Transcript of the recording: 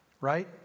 right